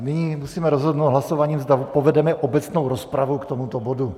Nyní musíme rozhodnout hlasováním, zda povedeme obecnou rozpravu k tomuto bodu.